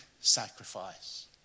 sacrifice